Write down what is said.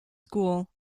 school